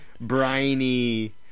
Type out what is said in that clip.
briny